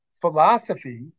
philosophy